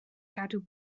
gadw